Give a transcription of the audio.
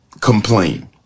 Complain